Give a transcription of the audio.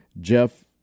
Jeff